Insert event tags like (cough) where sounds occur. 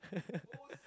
(laughs)